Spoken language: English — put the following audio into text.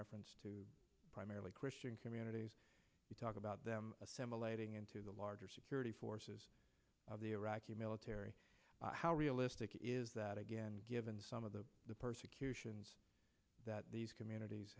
reference to primarily christian communities you talk about them assimilating into the larger security forces of the iraqi military how realistic is that again given some of the persecutions that these communities